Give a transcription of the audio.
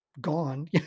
gone